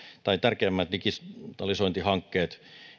tai tärkeimmät digitalisointihankkeet